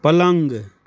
पलङ्ग